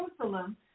Jerusalem